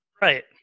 Right